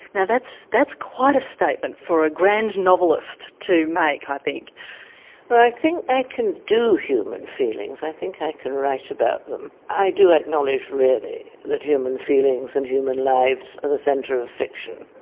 now that's that's quite a statement for a grand novelist to make i think. well i think i can do human feelings, i think i can write about them. i do acknowledge really that human feelings and human lives are the centre of fiction.